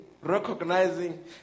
recognizing